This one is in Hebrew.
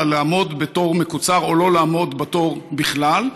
לעמוד בתור מקוצר או לא לעמוד בתור בכלל.